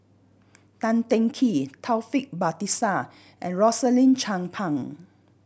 Tan Teng Kee Taufik Batisah and Rosaline Chan Pang